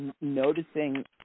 noticing